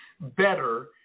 better